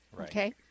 Okay